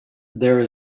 there